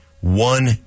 one